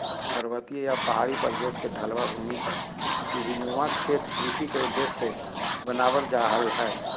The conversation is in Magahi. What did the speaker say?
पर्वतीय या पहाड़ी प्रदेश के ढलवां भूमि पर सीढ़ी नुमा खेत कृषि के उद्देश्य से बनावल जा हल